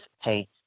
hey